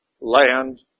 Land